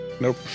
nope